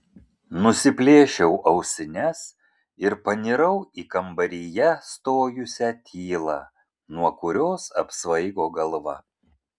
nusiplėšiau ausines ir panirau į kambaryje stojusią tylą nuo kurios apsvaigo galva